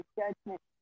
judgment